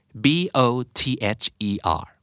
B-O-T-H-E-R